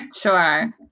Sure